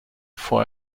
vor